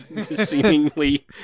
Seemingly